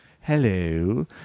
Hello